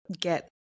get